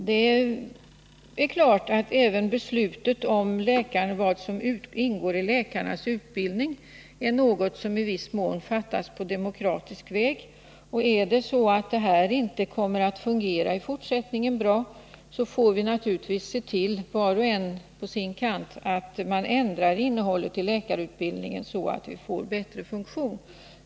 Det är klart att även beslutet om vad som ingår i läkarnas utbildning i viss mån fattats på demokratisk väg. Kommer det inte att fungera bra i fortsättningen, får vi naturligtvis se till — var och en på sin kant — att innehållet i läkarutbildningen ändras, så att den får en bättre funktion.